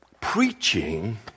Preaching